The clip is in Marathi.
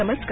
नमस्कार